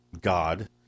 god